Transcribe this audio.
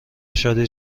شادی